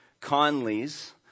Conley's